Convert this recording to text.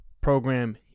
program